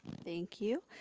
thank you.